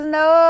no